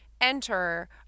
enter